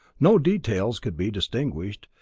no details could be distinguished,